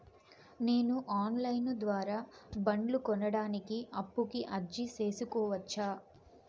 నేను online ద్వారా బండ్లు కొనడానికి అప్పుకి అర్జీ సేసుకోవచ్చా?